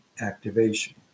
activation